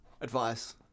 advice